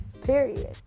Period